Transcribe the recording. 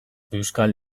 euskal